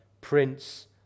Prince